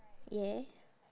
yeah